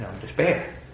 despair